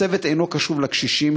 הצוות אינו קשוב לקשישים,